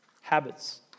habits